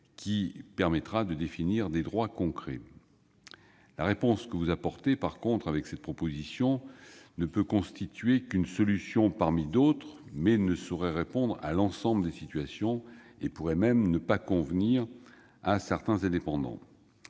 qui permettra de définir des droits concrets. En revanche, la réponse que vous apportez avec cette proposition de loi ne peut constituer qu'une solution parmi d'autres. Elle ne saurait répondre à l'ensemble des situations et pourrait même ne pas convenir à certains indépendants.